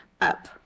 up